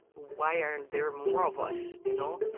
why aren't there more of us, you know?